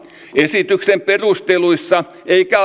esityksen perusteluissa eikä